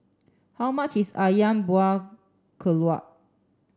how much is Ayam Buah Keluak